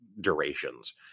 durations